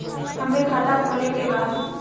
हमके खाता खोले के बा?